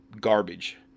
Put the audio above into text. garbage